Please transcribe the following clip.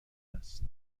است